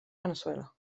veneçuela